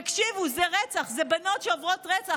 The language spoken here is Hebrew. תקשיבו, זה רצח, זה בנות שעוברות רצח.